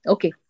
Okay